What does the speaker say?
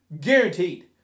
guaranteed